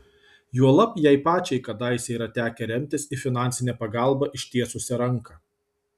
juolab jai pačiai kadaise yra tekę remtis į finansinę pagalbą ištiesusią ranką